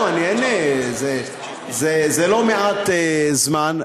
זה לא מעט זמן,